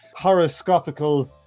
horoscopical